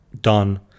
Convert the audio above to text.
done